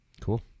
cool